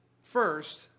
First